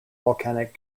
volcanic